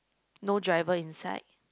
no driver inside